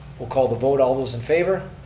we'll call the vote, all those in favor?